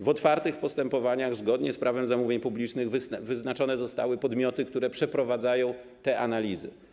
W otwartych postępowaniach, zgodnie z Prawem zamówień publicznych, wyznaczone zostały podmioty, które przeprowadzają te analizy.